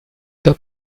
top